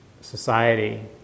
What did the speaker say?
society